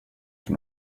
för